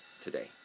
today